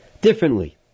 differently